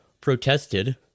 protested